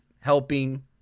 helping